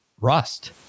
rust